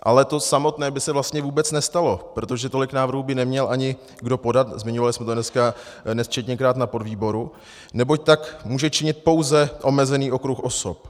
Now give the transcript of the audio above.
Ale to samotné by se vlastně vůbec nestalo, protože tolik návrhů by neměl ani kdo podat, zmiňovali jsme to dneska i nesčetněkrát na podvýboru, neboť tak může činit pouze omezený okruh osob.